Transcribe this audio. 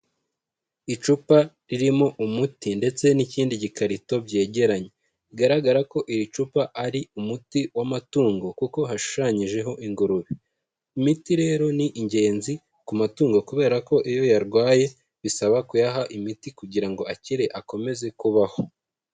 Icupa ririmo umuti ndetse n'ikindi gikarito byegeranye, bigaragara ko iri cupa ari umuti w'amatungo kuko hashushanyijeho ingurube. Imiti rero ni ingenzi ku matungo kubera ko iyo yarwaye bisaba kuyaha imiti kugira ngo akire, akomeze kubaho.